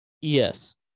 Yes